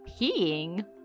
peeing